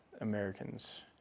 Americans